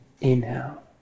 Inhale